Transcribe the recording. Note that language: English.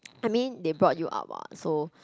I mean they brought you up what so